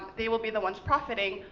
they will be the ones profiting,